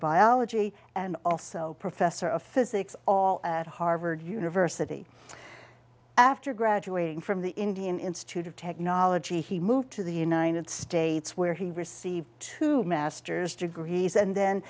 biology and also professor of physics all at harvard university after graduating from the indian institute of technology he moved to the united states where he received two master's degrees and